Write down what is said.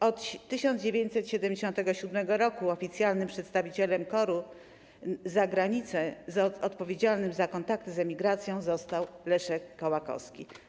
Od 1977 r. oficjalnym przedstawicielem KOR-u za granicą odpowiedzialnym za kontakty z emigracją został Leszek Kołakowski.